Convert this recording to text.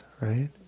right